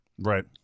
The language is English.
right